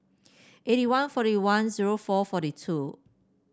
eighty one forty one zero four forty two